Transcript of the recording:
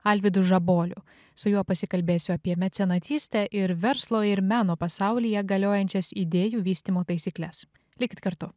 alvydu žaboliu su juo pasikalbėsiu apie mecenatystę ir verslo ir meno pasaulyje galiojančias idėjų vystymo taisykles likit kartu